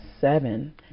seven